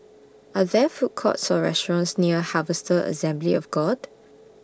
Are There Food Courts Or restaurants near Harvester Assembly of God